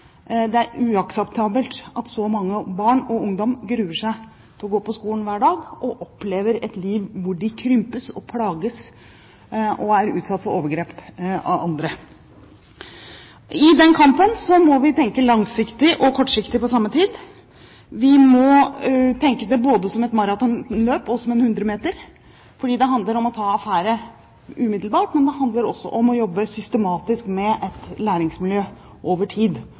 Det er uakseptabelt at så mange barn og ungdom gruer seg til å gå på skolen hver dag, og opplever et liv hvor de krympes og plages og er utsatt for overgrep fra andre. I den kampen må vi tenke langsiktig og kortsiktig på samme tid. Vi må tenke på det både som et maratonløp og som en hundremeter, fordi det handler om å ta affære umiddelbart, men det handler også om å jobbe systematisk med et læringsmiljø over tid.